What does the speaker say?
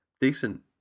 decent